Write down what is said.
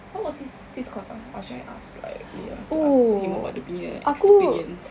what was his his course ah or should I ask like lia to ask him about dia punya experience